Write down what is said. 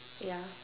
ya